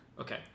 Okay